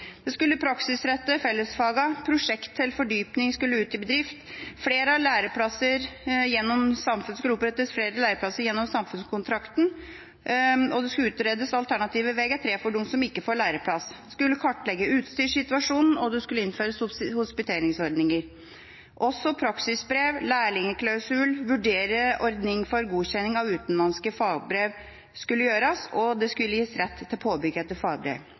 skulle praksisrette fellesfagene prosjekt til fordypning skulle ut i bedrift flere læreplasser skulle opprettes gjennom Samfunnskontrakten alternativ Vg3 for de som ikke får læreplass, skulle utredes en skulle kartlegge utstyrssituasjonen en skulle innføre hospiteringsordninger en skulle innføre praksisbrev en skulle innføre en lærlingklausul en skulle vurdere en ordning for godkjenning av utenlandske fagbrev en skulle gi rett til påbygging etter fagbrev